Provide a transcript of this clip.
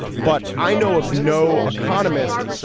but i know of no economist,